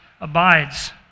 abides